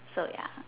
so ya